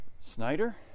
Snyder